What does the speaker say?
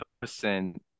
percent